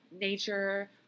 nature